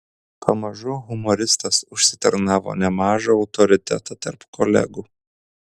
pamažu humoristas užsitarnavo nemažą autoritetą tarp kolegų